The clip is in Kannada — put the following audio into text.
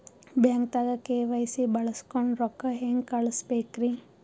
ಬ್ಯಾಂಕ್ದಾಗ ಕೆ.ವೈ.ಸಿ ಬಳಸ್ಕೊಂಡ್ ರೊಕ್ಕ ಹೆಂಗ್ ಕಳಸ್ ಬೇಕ್ರಿ?